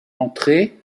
entrée